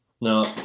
No